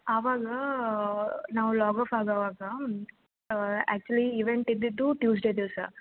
ಆವಾಗ ನಾವು log off ಆಗೋವಾಗ ಆ್ಯಕ್ಚುಲಿ ಈವೆಂಟ್ ಇದ್ದಿದ್ದು ಟ್ಯೂಸ್ಡೇ ದಿವಸ